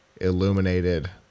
illuminated